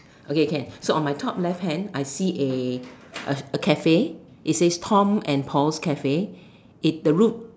okay can so on my top left hand I see a Cafe it says Tom and Paul's Cafe the roof